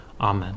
amen